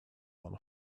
one